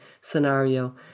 scenario